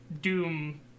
Doom